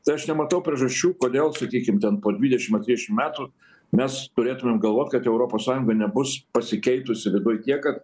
tai aš nematau priežasčių kodėl sakykim ten po dvidešimt ar trisdešimt metų mes turėtumėm galvot kad europos sąjungoj nebus pasikeitusi dabar tiek kad